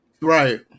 Right